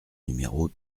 numéro